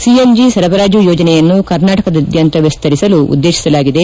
CNG ಸರಬರಾಜು ಯೋಜನೆಯನ್ನು ಕರ್ನಾಟಕದಾದ್ದಂತ ವಿಸ್ತರಿಸಲು ಉದ್ದೇತಿಸಲಾಗಿದೆ